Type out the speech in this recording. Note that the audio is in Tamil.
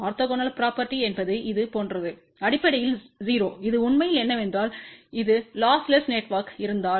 ஆர்த்தோகனல் ப்ரொபேர்ட்டி என்பது இது போன்றது அடிப்படையில் 0 இது உண்மையில் என்னவென்றால் இது லொஸ்லெஸ் நெட்ஒர்க்யமாக இருந்தால்